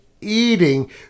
eating